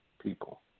people